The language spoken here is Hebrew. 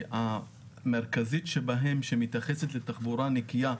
המרכזית שבהן שמתייחסת לתחבורה נקיה,